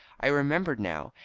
i remembered now,